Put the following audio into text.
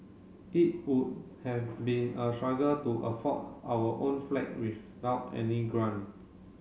it would have been a struggle to afford our own flat without any grant